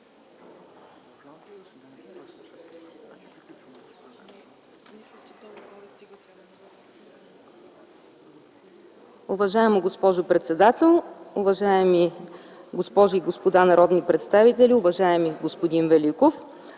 Уважаема госпожо председател, уважаеми госпожи и господа народни представители! Уважаеми господин Великов,